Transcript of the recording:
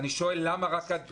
אני שואל למה רק על מרץ.